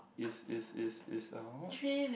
is is is is uh what